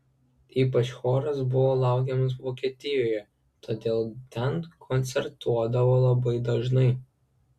ypač choras buvo laukiamas vokietijoje todėl ten koncertuodavo labai dažnai